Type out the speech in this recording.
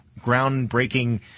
groundbreaking